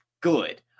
good